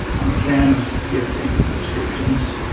i'm a fan of gifting subscriptions.